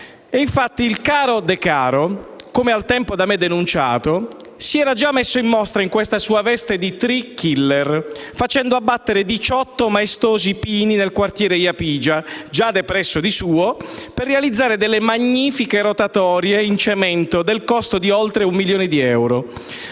ed infatti il caro Decaro, come al tempo da me denunciato, si era già messo in mostra in questa sua veste di *tree killer*, facendo abbattere 18 maestosi pini nel quartiere Japigia, già di per sé depresso, per realizzare delle magnifiche rotatorie in cemento del costo di oltre un milione di euro.